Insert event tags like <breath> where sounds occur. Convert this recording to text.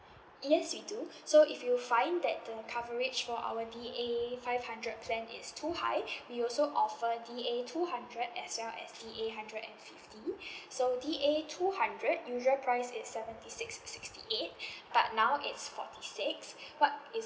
yes we do <breath> so if you find that the coverage for our D_A five hundred plan is too high <breath> we also offer D_A two hundred as well as D_A hundred and fifty <breath> so D_A two hundred usual price is seventy six sixty eight <breath> but now it's forty six <breath> what is